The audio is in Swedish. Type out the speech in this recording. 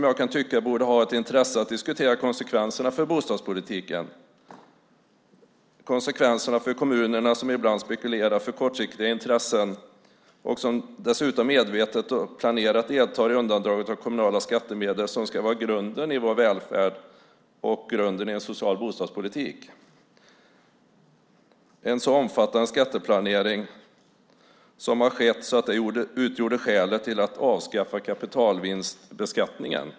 Jag tycker att han borde ha ett intresse att diskutera konsekvenserna av bostadspolitiken för kommuner som ibland spekulerar i kortsiktiga intressen och som dessutom medvetet planerat deltar i undandragandet av kommunala skattemedel som ju ska vara grunden i vår välfärd och grunden i en social bostadspolitik. En så omfattande skatteplanering har skett att det utgjorde skälet till att avskaffa kapitalvinstbeskattningen.